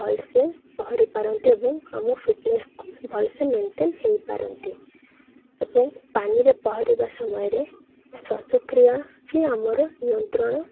ଭଲସେ ପହରିପାରନ୍ତି ଏବଂ ଆମ ଫିଟନେସ୍କୁ ଭଲସେ ମେଣ୍ଟେନ୍ ହୋଇପାରନ୍ତି ଏବଂ ପାଣିରେ ପହଁରିବା ସମୟରେ ଶ୍ଵାସକ୍ରିୟା ବିି ଆମର ନିୟନ୍ତ୍ରଣ